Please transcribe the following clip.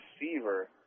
receiver